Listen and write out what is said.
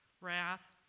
wrath